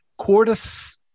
cortis